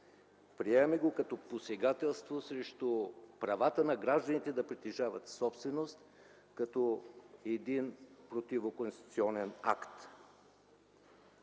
Приемаме го като посегателство срещу правата на гражданите да притежават собственост, като един противоконституционен акт.